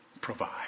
provide